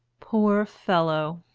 poor fellow!